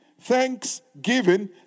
thanksgiving